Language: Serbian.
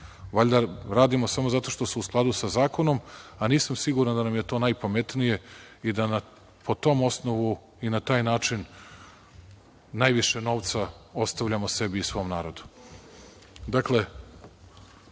Valjda radimo samo zato što su u skladu sa zakonom, a nisam siguran da nam je to najpametnije i da po tom osnovu i na taj način najviše novca ostavljamo sebi i svom narodu. Mi